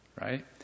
Right